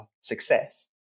success